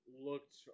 looked